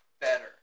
better